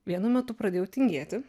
vienu metu pradėjau tingėti